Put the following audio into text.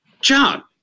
John